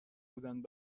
بودند